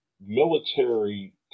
military